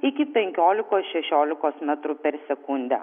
iki penkiolikos šešiolikos metrų per sekundę